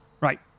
Right